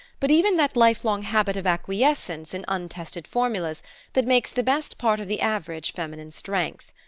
but even that lifelong habit of acquiescence in untested formulas that makes the best part of the average feminine strength.